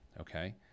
okay